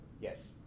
Yes